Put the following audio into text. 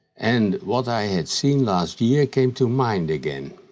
and what i had seen last year came to mind again.